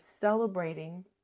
celebrating